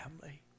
family